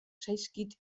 zaizkit